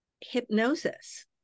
hypnosis